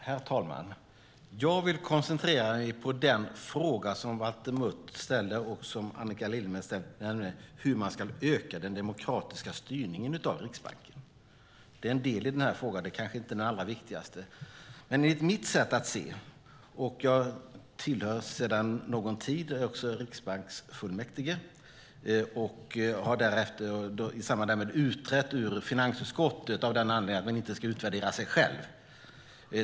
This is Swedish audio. Herr talman! Jag vill koncentrera mig på den fråga Valter Mutt och Annika Lillemets ställer om hur den demokratiska styrningen av Riksbanken ska ökas. Det är en del i frågan, men kanske inte den allra viktigaste. Jag tillhör sedan en tid tillbaka Riksbanksfullmäktige och har i samband därmed utträtt ur finansutskottet. Anledningen är att man inte ska utvärdera sig själv.